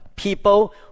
People